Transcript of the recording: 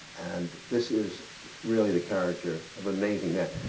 and this is really the character of amazing men.